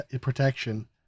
protection